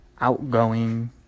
outgoing